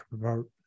promote